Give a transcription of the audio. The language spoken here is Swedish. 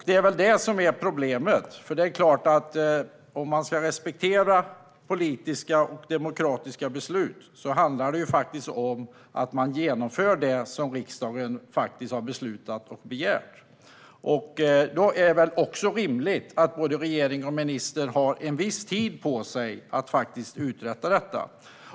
Det är väl detta som är problemet - om man ska respektera politiska och demokratiska beslut gäller det att man genomför det som riksdagen har beslutat och begärt. Då är det väl också rimligt att regeringen och ministern har en viss tid på sig att uträtta detta.